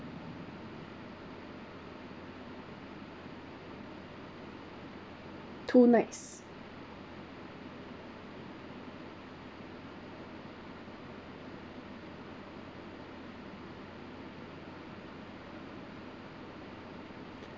two nights